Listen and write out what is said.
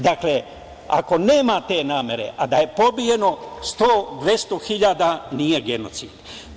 Dakle, ako nema te namere, a da je pobijeno 100.000, 200.000 nije genocid.